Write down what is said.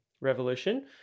revolution